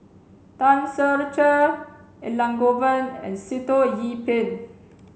Tan Ser Cher Elangovan and Sitoh Yih Pin